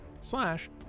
slash